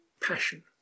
passion